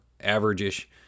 average-ish